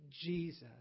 Jesus